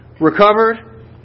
recovered